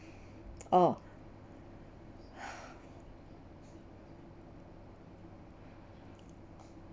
orh